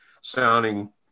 sounding